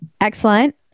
Excellent